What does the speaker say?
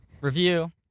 Review